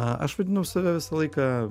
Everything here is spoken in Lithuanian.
aš vadinau save visą laiką